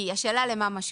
כי השאלה למה משווים.